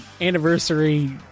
anniversary